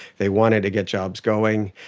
they wanted to get jobs going,